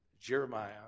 Jeremiah